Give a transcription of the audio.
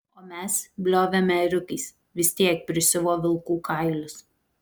o mes bliovėme ėriukais vis tiek prisiuvo vilkų kailius